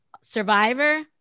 Survivor